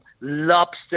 lobster